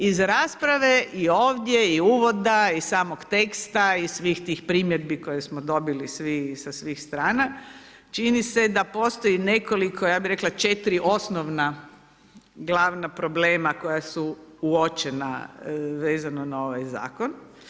Iz rasprave i ovdje i uvoda i samog teksta i svih tih primjedbi koje smo dobili sa svih strana čini se da postoji nekoliko, ja bih rekla, 4 osnovna glavna problema koja su uočena vezano na ovaj zakon.